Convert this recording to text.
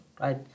Right